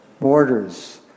Borders